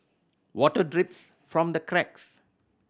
water drips from the cracks